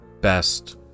best